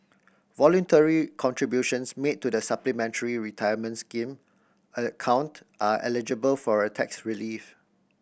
voluntary contributions made to the Supplementary Retirement Scheme account are eligible for a tax relief